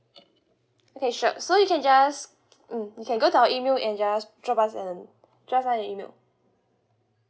okay sure so you can just mm you can go to our email and just drop us and drop us an email